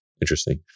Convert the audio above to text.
Interesting